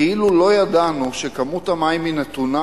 כאילו לא ידענו שכמות המים היא נתונה,